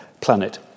planet